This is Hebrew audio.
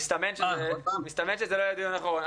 ומסתמן שזה לא יהיה דיון אחרון.